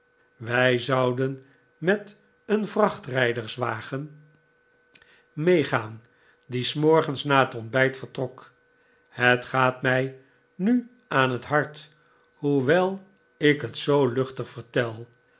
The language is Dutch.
wij zouden met een vrachtrijders wagen meegaan die s morgens na het ontbijt vertrok het gaat mij nu aan het hart hoewel ik het zoo luchtig vertel